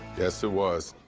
yes, it was.